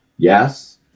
Yes